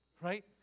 right